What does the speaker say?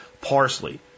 Parsley